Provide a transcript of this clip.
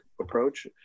approach